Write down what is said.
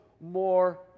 more